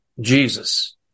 Jesus